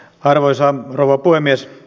arvoisa rouva puhemies